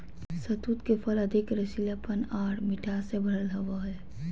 शहतूत के फल अधिक रसीलापन आर मिठास से भरल होवो हय